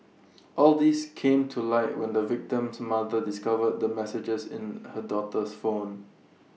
all these came to light when the victim's mother discovered the messages in her daughter's phone